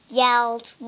yelled